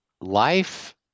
life